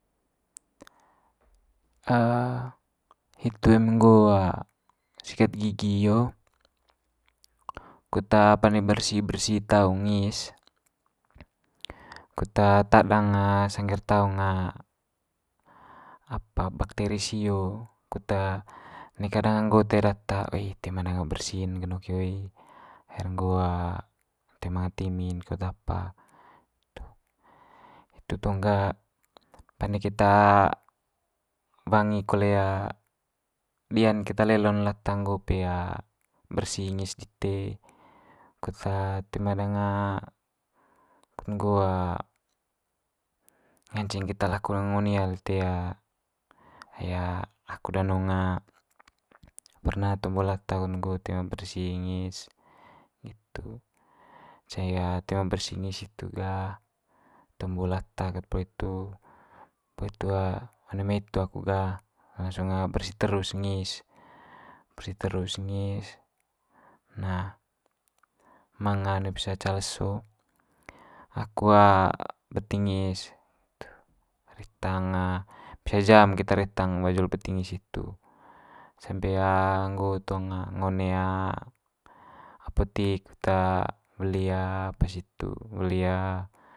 hitu eme nggo sikat gigi hio kut pande bersi bersi taung ngis kut tadang sangge'r taung apa bakteri sio, kut neka danga nggo tae data oe toe ma danga bersi'n genok hio e. Haer nggo toe manga timi'n kot apa. Hitu tong ga pande keta wangi kole dia'n keta lelo'n lata nggo pe bersi ngis dite, kut toe ma danga kut nggo nganceng keta lako ngo nia lite ai aku danong perna tombo lata hot nggo toe ma bersi ngis nggitu. Cai toe ma bersi ngis itu ga tombo lata ket poli itu, poli itu one mai itu aku ga langsung bersi terus ngis, bersi terus ngis. Nah, manga one pisa ca leso aku beti ngis retang pisa jam keta retang wajul beti ngis hitu. Sampe nggo tong ngo one apotik kut weli apa situ weli.